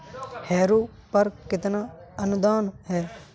Harrow पर कितना अनुदान है?